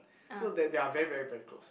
so they they're very very very close